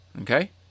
okay